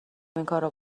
میتونم